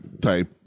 type